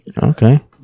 Okay